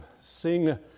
sing